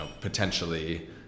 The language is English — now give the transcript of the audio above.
potentially